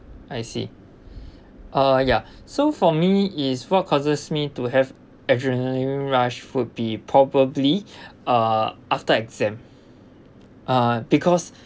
I see uh ya so for me is what causes me to have adrenaline rush would be probably uh after exam uh because